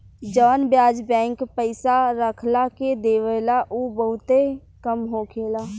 जवन ब्याज बैंक पइसा रखला के देवेला उ बहुते कम होखेला